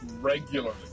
regularly